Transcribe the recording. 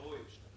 לא רואים.